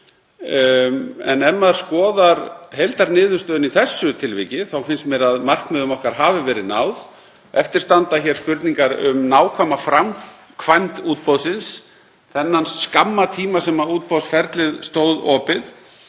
En ef maður skoðar heildarniðurstöðuna í þessu tilviki þá finnst mér að markmiðum okkar hafi verið náð. Eftir standa hér spurningar um nákvæma framkvæmd útboðsins, þennan skamma tíma sem útboðsferlið stóð opið